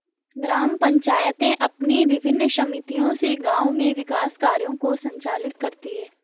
ग्राम पंचायतें अपनी विभिन्न समितियों से गाँव में विकास कार्यों को संचालित करती हैं